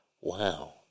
Wow